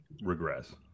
regress